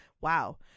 Wow